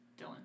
Dylan